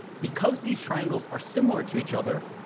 because these triangles are similar to each other,